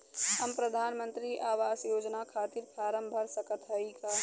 हम प्रधान मंत्री आवास योजना के खातिर फारम भर सकत हयी का?